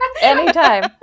Anytime